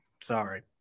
Sorry